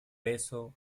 beso